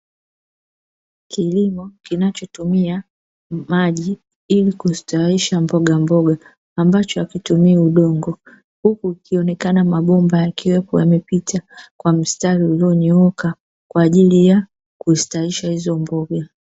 Kilimo kinachotumia maji ili kustawisha mbogamboga ambacho hakitumii udongo, huku kukionekana mabomba yakiwepo yamepita kwa mstari ulionyooka kwa ajili ya kustawisha hizo mboga.